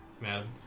madam